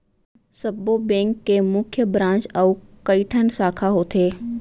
सब्बो बेंक के मुख्य ब्रांच अउ कइठन साखा होथे